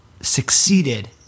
succeeded